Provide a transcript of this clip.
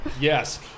Yes